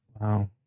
Wow